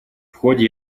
ходе